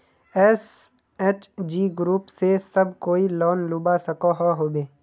SHG group से सब कोई लोन लुबा सकोहो होबे?